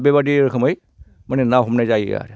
बेबायदि रोखोमै माने ना हमनाय जायो आरो